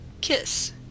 KISS